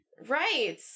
Right